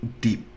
deep